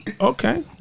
Okay